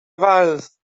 valls